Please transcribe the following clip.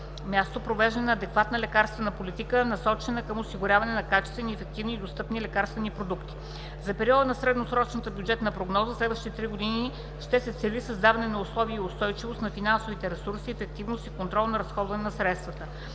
място – провеждане на адекватна лекарствена политика, насочена към осигуряване на качествени, ефективни и достъпни лекарствени продукти. През периода на средносрочната бюджетна прогноза за следващите три години ще се цели създаване на условия и устойчивост на финансовите ресурси, ефективност и контрол на разходване на средствата.